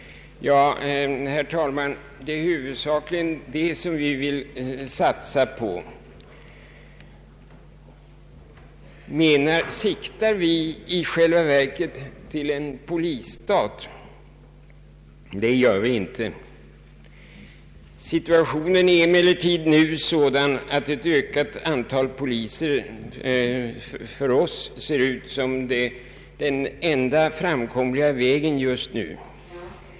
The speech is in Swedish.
Herr talman! Det är huvudsakligen ett ökat antal poliser som vi nu vill satsa på. Siktar vi i själva verket till en polisstat, frågar kanske någon. Svaret är: Det gör vi absolut icke. Situationen är emellertid sådan att ett ökat antal poliser just nu ter sig som den enda framkomliga vägen.